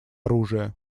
оружие